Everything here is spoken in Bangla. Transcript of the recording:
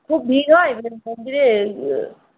খুব ভিড় হয় মন্দিরে